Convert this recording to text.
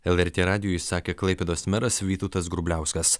lrt radijui sakė klaipėdos meras vytautas grubliauskas